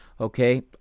okay